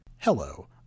Hello